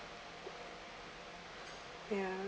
ya